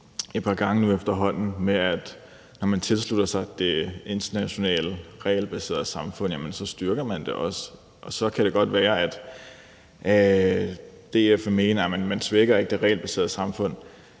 et par gange efterhånden, nemlig det med, at når man tilslutter sig det internationale regelbaserede samfund, så styrker man det også. Så kan det godt være, at DF mener, at man ikke svækker det regelbaserede samfund